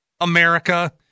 America